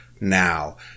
now